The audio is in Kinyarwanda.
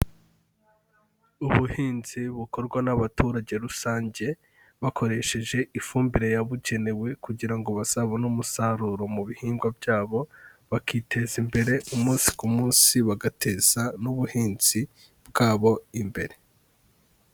Ubuhinzi bukorwa n'abaturage rusange bakoresheje ifumbire yabugenewe kugira ngo bazabone umusaruro mu bihingwa byabo, bakiteza imbere umunsi ku munsi bagateza n'ubuhinzi bwabo imbere.